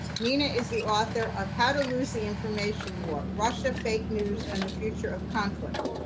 nina is the author of how to lose the information war russia, fake news, and the future of conflict.